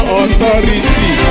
authority